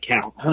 count